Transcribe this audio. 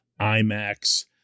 IMAX